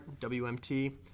WMT